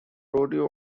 rodeo